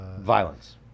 Violence